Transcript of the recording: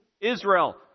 Israel